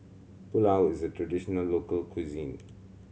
pulao is a traditional local cuisine